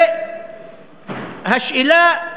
והשאלה,